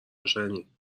روشنی